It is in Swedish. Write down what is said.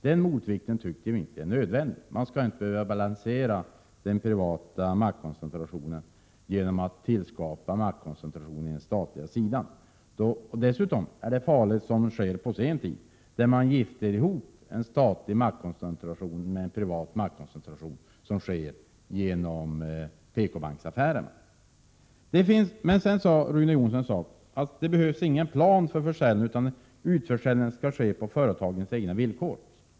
Den motvikten tycker vi inte är nödvändig. Man skall inte behöva balansera den privata maktkoncentrationen genom att skapa en maktkoncentration på den statliga sidan. Dessutom är det farligt att, som skett på senare tid genom PKbanksaffären, gifta ihop en statlig maktkoncentration med en privat maktkoncentration. Rune Jonsson sade att det inte behövs någon plan för försäljningen utan att utförsäljningen skall ske på företagens egna villkor.